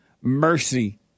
mercy